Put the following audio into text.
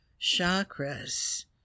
chakras